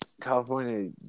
California